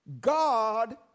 God